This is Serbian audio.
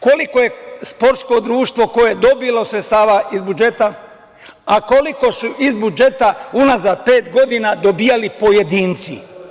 Koliko je sportskih društava koja su dobila sredstva iz budžeta, a koliko su iz budžeta unazad pet godina dobijali pojedinci?